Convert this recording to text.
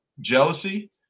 jealousy